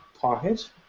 pocket